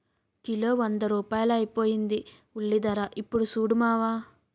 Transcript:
kilo వంద రూపాయలైపోయింది ఉల్లిధర యిప్పుడు సూడు మావా